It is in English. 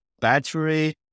battery